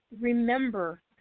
remember